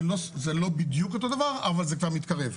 זה לא בדיוק אותו דבר אבל זה כבר מתקרב.